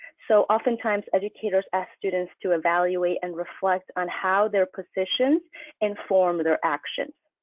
so oftentimes educators ask students to evaluate and reflect on how their positions inform their actions.